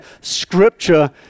Scripture